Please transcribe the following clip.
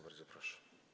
Bardzo proszę.